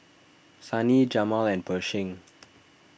Sunny Jamal and Pershing